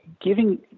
giving